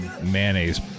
mayonnaise